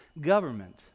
government